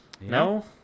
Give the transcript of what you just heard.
no